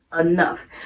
enough